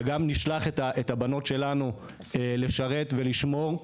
ואנחנו גם נשלח את הבנות שלנו לשרת ולשמור,